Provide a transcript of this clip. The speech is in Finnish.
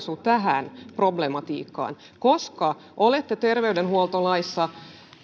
tähän problematiikkaan koska olette terveydenhuoltolaissa